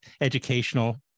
educational